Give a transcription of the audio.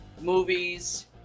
movies